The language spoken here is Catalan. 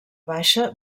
baixa